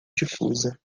difusa